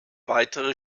weitere